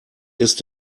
ist